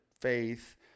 faith